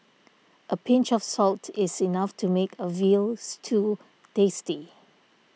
a pinch of salt is enough to make a Veal Stew tasty